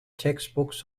textbooks